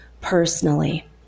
personally